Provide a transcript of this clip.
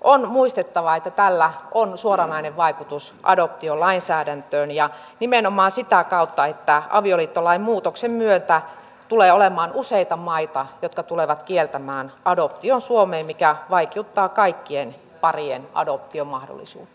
on muistettava että tällä on suoranainen vaikutus adoptiolainsäädäntöön ja nimenomaan sitä kautta että avioliittolain muutoksen myötä tulee olemaan useita maita jotka tulevat kieltämään adoption suomeen mikä vaikeuttaa kaikkien parien adoptiomahdollisuutta